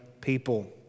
people